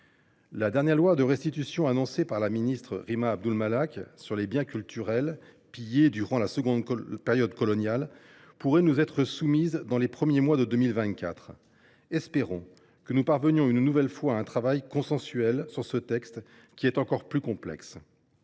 La dernière loi de restitution, qui, comme l’a annoncé la ministre Rima Abdul Malak, portera sur les biens culturels pillés durant la période coloniale, pourrait nous être soumise dans les premiers mois de 2024. Espérons que nous parvenions une nouvelle fois à un travail consensuel sur ce texte encore plus complexe.